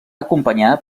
acompanyar